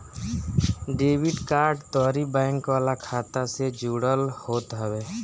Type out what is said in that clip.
debit card तोहरी bank वाला खाता से जुड़ल होत हवे